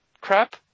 crap